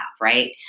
right